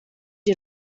ihr